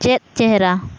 ᱪᱮᱫ ᱪᱮᱦᱨᱟ